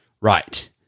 Right